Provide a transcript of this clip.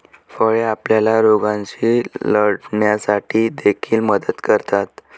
फळे आपल्याला रोगांशी लढण्यासाठी देखील मदत करतात